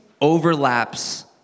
overlaps